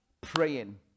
praying